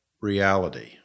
reality